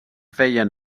feien